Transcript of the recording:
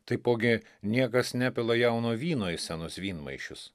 taipogi niekas nepila jauno vyno į senus vynmaišius